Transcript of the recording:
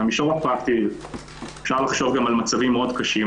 במישור הפרקטי אפשר לחשוב על מצבים מאוד קשים,